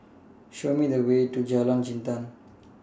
Show Me The Way to Jalan Jintan